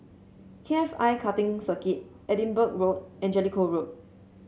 K F I Karting Circuit Edinburgh Road and Jellicoe Road